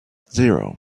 zero